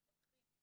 מפקחים,